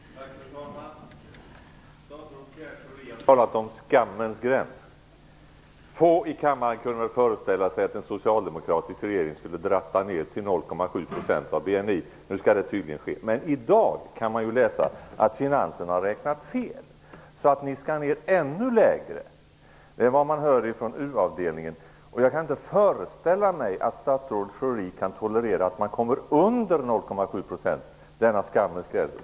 Fru talman! Statsrådet Pierre Schori har talat om skammens gräns. Få i kammaren kunde väl föreställa sig att en socialdemokratisk regering skulle komma ned till 0,7 % av BNI; nu skall det tydligen ske. I dag kan vi läsa att man har räknat fel. Ni skall ned ändå lägre. Det är vad man hör från UD. Jag kan inte föreställa mig att statsrådet Schori kan tolerera att man kommer under 0,7 %, denna skammens gräns.